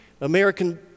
American